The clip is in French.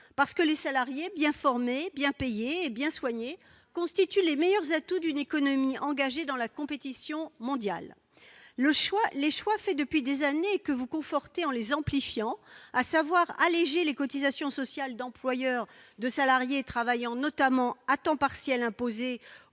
parce que des salarié-e-s bien formé-e-s, bien payé-e-s et bien soigné-e-s constituent les meilleurs atouts d'une économie engagée dans la compétition mondiale. Les choix faits depuis des années et que vous confortez en les amplifiant- à savoir alléger les cotisations sociales d'employeurs de salariés travaillant, notamment, à temps partiel imposé